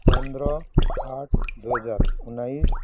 पन्ध्र आठ दुई हजार उन्नाइस